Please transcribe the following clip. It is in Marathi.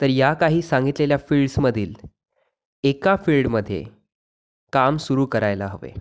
तर या काही सांगितलेल्या फील्डसमधील एका फिल्डमध्ये काम सुरु करायला हवे